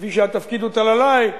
כפי שהתפקיד הוטל עלי,